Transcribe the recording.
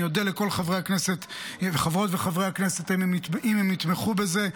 אני אודה לכל חברות וחברי הכנסת אם הם יתמכו בזה,